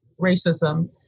racism